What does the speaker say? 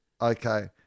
Okay